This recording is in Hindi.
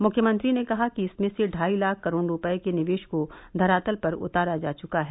मुख्यमंत्री ने कहा कि इसमें से ढाई लाख करोड़ रूपये के निवेश को धरातल पर उतारा जा चुका है